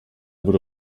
wurde